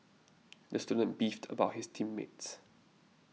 the student beefed about his team mates